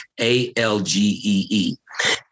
A-L-G-E-E